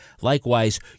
Likewise